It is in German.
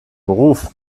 beruf